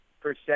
percent